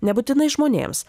nebūtinai žmonėms